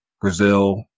Brazil